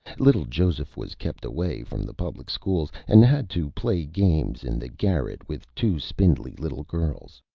little joseph was kept away from the public schools, and had to play games in the garret with two spindly little girls.